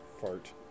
Fart